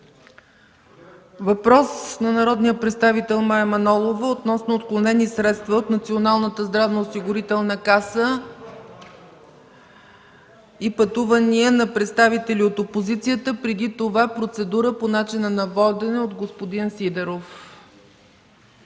Въпрос от народния представител Мая Манолова относно отклонени средства от Националната здравноосигурителна каса и пътувания на представители от опозицията. Преди това процедура по начина на водене. ВОЛЕН СИДЕРОВ